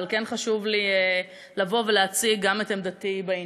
אבל כן חשוב לי לבוא ולהציג גם את עמדתי בעניין.